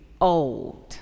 old